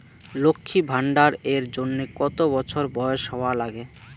লক্ষী ভান্ডার এর জন্যে কতো বছর বয়স হওয়া লাগে?